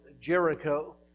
Jericho